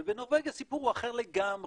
ובנורבגיה הסיפור הוא אחר לגמרי,